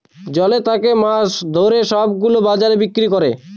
জল থাকে মাছ ধরে সব গুলো বাজারে বিক্রি করে